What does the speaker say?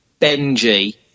Benji